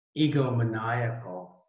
egomaniacal